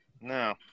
No